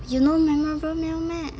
you no memorable meal meh